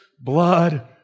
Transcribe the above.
blood